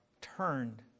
turned